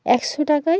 একশো টাকায়